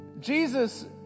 Jesus